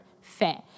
Fair